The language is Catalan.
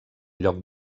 lloc